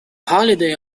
holiday